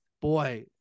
boy